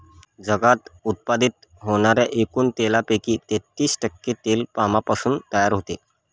जगात उत्पादित होणाऱ्या एकूण तेलापैकी तेहतीस टक्के तेल पामपासून तयार होते